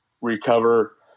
recover